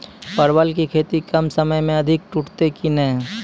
परवल की खेती कम समय मे अधिक टूटते की ने?